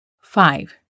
Five